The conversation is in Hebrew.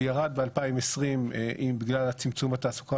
הוא ירד ב-2020 בגלל צמצום התעסוקה